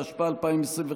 התשפ"א 2021,